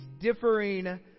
differing